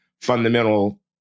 fundamental